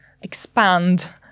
expand